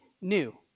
new